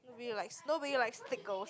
nobody likes nobody likes thick girls